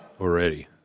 already